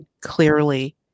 clearly